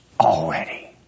Already